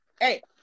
Hey